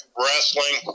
wrestling